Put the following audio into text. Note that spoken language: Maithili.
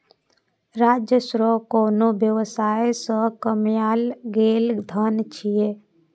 राजस्व कोनो व्यवसाय सं कमायल गेल धन छियै